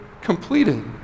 completed